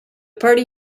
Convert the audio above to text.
party